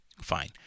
fine